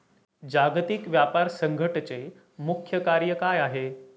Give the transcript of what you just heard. जागतिक व्यापार संघटचे मुख्य कार्य काय आहे?